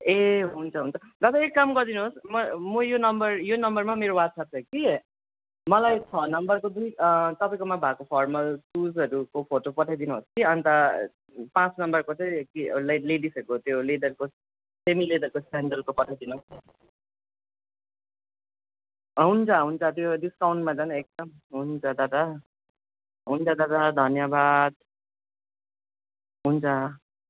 ए हुन्छ हुन्छ दादा एक काम गरिदिनुहोस् म म यो नम्बर यो नम्बरमा मेरो वाट्सएप छ कि मलाई छ नम्बरको दुई तपाईँकोमा भएको फर्मल सुजहरूको फोटो पठाइदिनुहोस् कि अन्त पाँच नम्बरको चाहिँ के लाइक लेडिजहरूको त्यो लेदरको सेमिलेदरको स्यान्डलको पठाइदिनुहोस् हुन्छ हुन्छ त्यो डिस्काउन्टमा झन् एकदम हुन्छ दादा हुन्छ दादा धन्यवाद हुन्छ